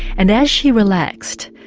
and as she relaxed,